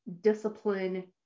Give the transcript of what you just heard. discipline